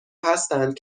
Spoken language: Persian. هستند